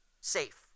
safe